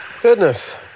goodness